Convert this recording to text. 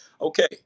okay